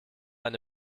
eine